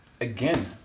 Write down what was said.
again